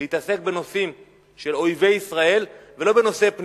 להתעסק בנושאים של אויבי ישראל ולא בנושאי פנים?